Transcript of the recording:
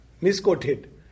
misquoted